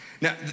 Now